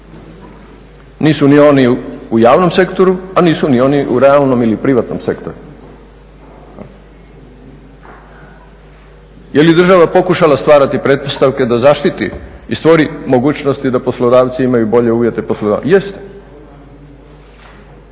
nisu ni oni u javnom sektoru, a nisu ni oni u realnom ili privatnom sektoru. Je li država pokušala stvarati pretpostavke da zaštiti i stvori mogućnosti da poslodavci imaju bolje uvjete? Jeste,